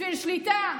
בשביל שליטה,